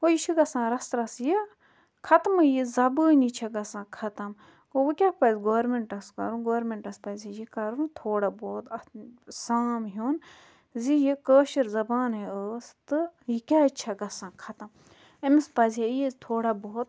گوٚو یہِ چھُ گَژھان رژھ رژھ یہِ ختمٕے یہِ زَبٲنی چھِ گژھان ختم گوٚو وۄنۍ کیٛاہ پَزِ گورمِنٹَس کَرُن گورمِنٹَس پَزِ یہِ کَرُن تھوڑا بہت اَتھ سام ہیٛون زِ یہِ کٲشِر زَبانٔے ٲسۍ تہٕ یہِ کیٛازِ چھِ گژھان ختم أمِس پَزِہے یہِ تھوڑا بہت